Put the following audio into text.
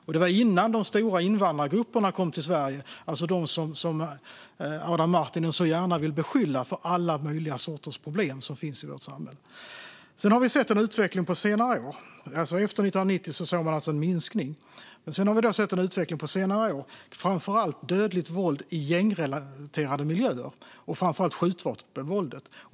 Och det var innan de stora invandrargrupperna kom till Sverige, alltså de som Adam Marttinen så gärna vill beskylla för alla möjliga sorters problem som finns i vårt samhälle. Efter 1990 såg vi alltså en minskning. Men sedan har vi sett en utveckling på senare år med framför allt ökat dödligt våld i gängrelaterade miljöer och skjutvapenvåld.